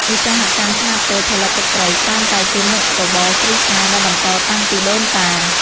ឧស្សាហកម្មខ្នាតតូច ផលិតទឹកត្រីច្រើនតែជាមុខរបរគ្រួសារដែលបន្តតាំងពីដូនតា។